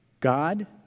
God